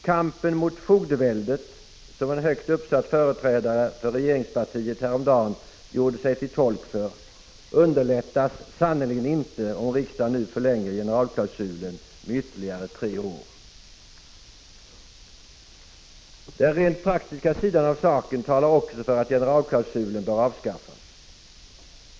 Kampen mot fogdeväldet, som en högt uppsatt företrädare för regeringspartiet häromdagen gjorde sig till tolk för, underlättas sannerligen inte om riksdagen nu förlänger generalklausulen med ytterligare tre år. Den rent praktiska sidan av saken talar också för att generalklausulen bör avskaffas.